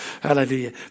Hallelujah